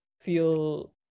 feel